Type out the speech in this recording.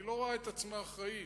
היא לא רואה עצמה אחראית